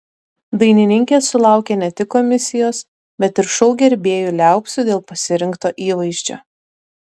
dainininkė sulaukė ne tik komisijos bet ir šou gerbėjų liaupsių dėl pasirinkto įvaizdžio